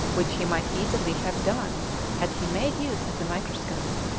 which he might easily have done had he made use of the microscope.